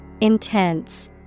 Intense